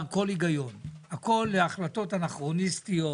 היגיון שהכל בהחלטות אנכרוניסטיות.